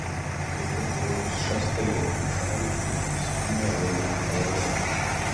staiga bolius šastelėjo į šalį ir nuskynė rožę aurora